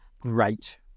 Great